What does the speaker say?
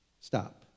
stop